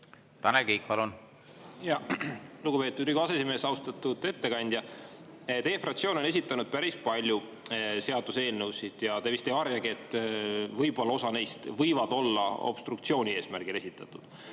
ühetaolist. Lugupeetud Riigikogu aseesimees! Austatud ettekandja! Teie fraktsioon on esitanud päris palju seaduseelnõusid ja te vist ei varjagi, et võib-olla osa neist võivad olla obstruktsiooni eesmärgil esitatud.